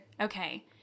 Okay